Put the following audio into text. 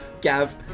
Gav